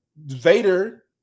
Vader